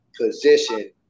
position